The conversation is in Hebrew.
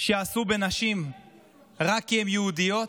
שעשו בנשים רק כי הן יהודיות,